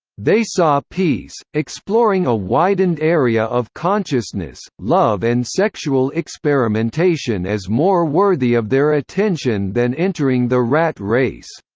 they saw peace, exploring a widened area of consciousness, love and sexual experimentation as more worthy of their attention than entering the rat race.